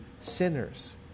sinners